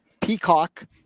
Peacock